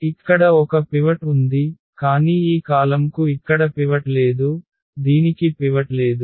ఇక్కడ ఒక పివట్ ఉంది కానీ ఈ కాలమ్కు ఇక్కడ పివట్ లేదు దీనికి పివట్ లేదు